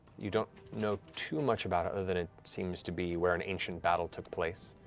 you don't know too much about it, other than it seems to be where an ancient battle took place.